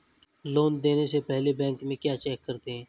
Loan देने से पहले बैंक में क्या चेक करते हैं?